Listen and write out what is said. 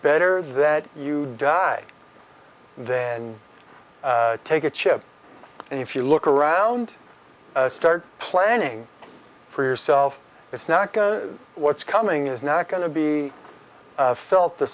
better that you die then take a chip and if you look around and start planning for yourself it's not go what's coming is not going to be felt the